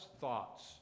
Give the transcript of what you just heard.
thoughts